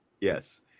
Yes